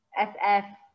SF